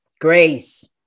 Grace